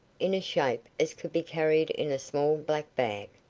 in a shape as could be carried in a small black bag.